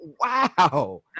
wow